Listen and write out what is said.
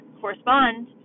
correspond